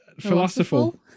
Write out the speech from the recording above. philosophical